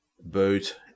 Boot